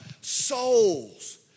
souls